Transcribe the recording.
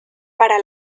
para